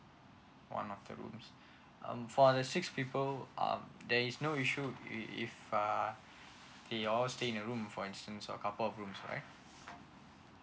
one of the rooms um for the six people um there is no issue if if uh they all stay in the room for instance a couple of rooms right